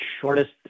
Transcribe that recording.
shortest